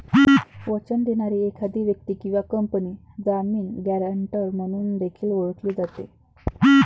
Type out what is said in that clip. वचन देणारी एखादी व्यक्ती किंवा कंपनी जामीन, गॅरेंटर म्हणून देखील ओळखली जाते